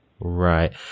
right